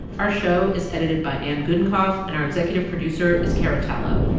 our show is edited by anne gudenkauf, and our executive producer is cara tallo.